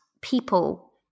people